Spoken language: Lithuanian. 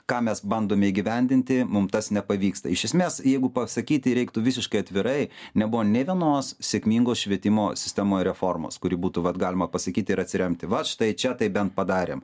ką mes bandome įgyvendinti mum tas nepavyksta iš esmės jeigu pasakyti reiktų visiškai atvirai nebuvo nė vienos sėkmingos švietimo sistemoj reformos kuri būtų vat galima pasakyti ir atsiremti va štai čia tai bent padarėm